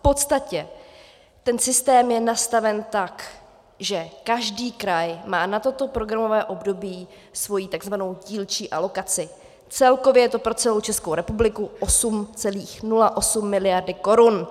V podstatě ten systém je nastaven tak, že každý kraj má na toto programové období svoji takzvanou dílčí alokaci, celkově je to pro celou Českou republiku 8,08 mld. korun.